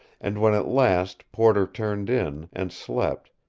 and when at last porter turned in, and slept,